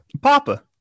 Papa